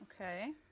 Okay